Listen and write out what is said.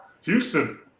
Houston